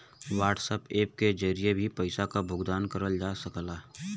WhatsApp के जरिए भी पइसा क भुगतान करल जा सकला